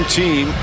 team